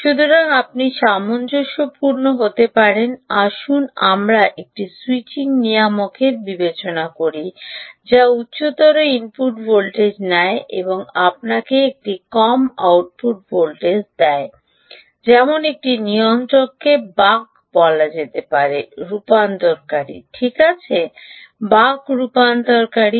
সুতরাং আপনি সামঞ্জস্যপূর্ণ হতে পারেন আসুন আমরা একটি স্যুইচিং নিয়ামকও বিবেচনা করি যা উচ্চতর ইনপুট ভোল্টেজ নেয় এবং আপনাকে একটি কম আউটপুট ভোল্টেজ দেয় যেমন একটি নিয়ন্ত্রককে Buck বলা যেতে পারে রূপান্তরকারী ঠিক আছে Buck রূপান্তরকারী